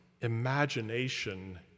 imagination